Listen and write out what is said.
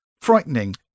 frightening